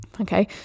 Okay